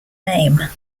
name